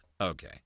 Okay